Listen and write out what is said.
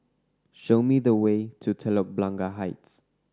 show me the way to Telok Blangah Heights